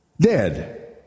dead